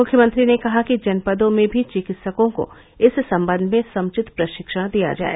मुख्यमंत्री ने कहा कि जनपदों में भी चिकित्सकों को इस सम्बन्ध में समुचित प्रशिक्षण दिया जाए